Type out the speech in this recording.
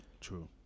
True